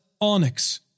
onyx